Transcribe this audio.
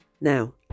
now